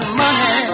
money